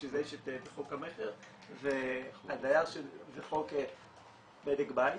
בשביל זה יש את חוק המכר וחוק בדק בית